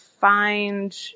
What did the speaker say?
find